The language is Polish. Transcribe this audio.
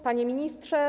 Panie Ministrze!